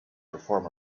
perform